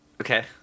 Okay